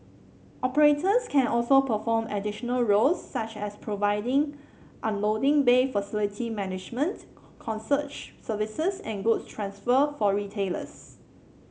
operators can also perform additional roles such as providing unloading bay facility management concierge services and good transfer for retailers